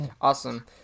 Awesome